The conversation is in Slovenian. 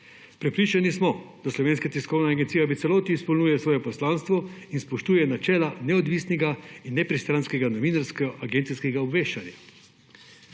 Prepričani smo, da Slovenska tiskovna agencija v celoti izpolnjuje svoje poslanstvo in spoštuje načela neodvisnega in nepristranskega novinarsko-agencijskega obveščanja.